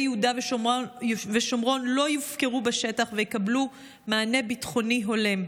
יהודה ושומרון לא יופקרו בשטח ויקבלו מענה ביטחוני הולם.